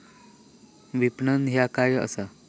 विपणन ह्या काय असा?